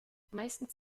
meistens